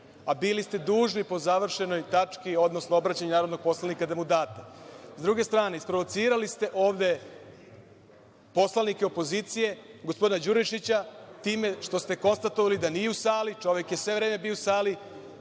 a bili ste dužni da po završenoj tački, odnosno obraćanju narodnog poslanika, da mu date.S druge strane, isprovocirali ste ovde poslanike opozicije, gospodina Đurišića, time što ste konstatovali da nije u sali. Čovek je sve vreme bio u sali.